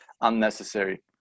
unnecessary